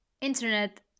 internet